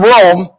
Rome